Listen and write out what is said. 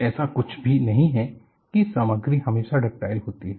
ऐसा कुछ भी नहीं है कि सामग्री हमेशा डक्टाइल होती है